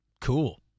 cool